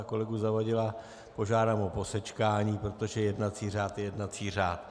Kolegu Zavadila požádám o posečkání, protože jednací řád je jednací řád.